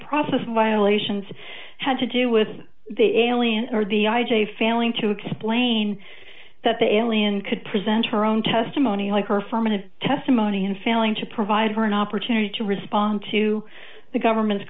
process violations had to do with the alien or the i j failing to explain that the alien could present her own testimony like her formative testimony in failing to provide her an opportunity to respond to the government